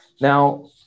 Now